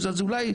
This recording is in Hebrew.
שלפחות,